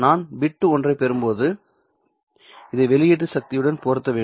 நான் பிட் ஒன்றைப் பெறும்போது இதை வெளியீட்டு சக்தியுடன் பொருத்த வேண்டும்